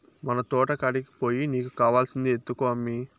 మన తోటకాడికి పోయి నీకు కావాల్సింది ఎత్తుకో అమ్మీ